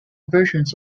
versions